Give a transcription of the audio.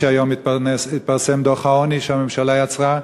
היום התפרסם דוח העוני שהממשלה יצרה.